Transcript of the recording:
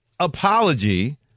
apology